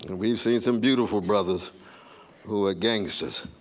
and we've seen some beautiful brothers who are gangsters.